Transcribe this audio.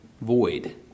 void